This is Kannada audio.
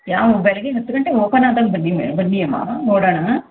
ಯಾವ ಬೆಳಿಗ್ಗೆ ಹತ್ತು ಗಂಟೆಗೆ ಓಪನ್ ಆದಾಗ ಬನ್ನಿ ಮೇಡ ಬನ್ನಿ ಅಮ್ಮ ನೋಡೋಣ ಹಾಂ